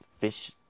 fish